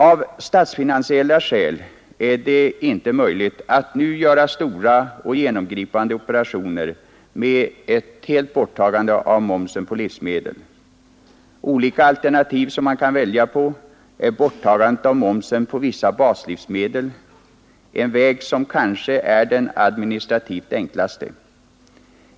Av statsfinansiella skäl är det inte möjligt att nu göra stora och genomgripande operationer med ett helt borttagande av momsen på livsmedel. Ett av de alternativ som man kan välja mellan är borttagandet av momsen på vissa baslivsmedel — en väg som kanske är den administrativt enklaste.